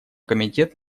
комитет